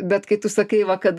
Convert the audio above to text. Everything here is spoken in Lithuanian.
bet kai tu sakai va kad